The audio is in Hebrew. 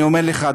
אני אומר לך,